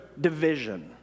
division